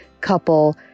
couple